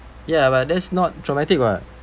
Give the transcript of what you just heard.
ya but that's not traumatic [what]